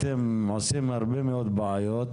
אתם עושים הרבה מאוד בעיות